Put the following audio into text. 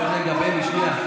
בני, שנייה.